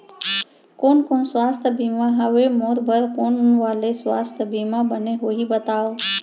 कोन कोन स्वास्थ्य बीमा हवे, मोर बर कोन वाले स्वास्थ बीमा बने होही बताव?